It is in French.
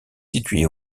situé